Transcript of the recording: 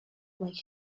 like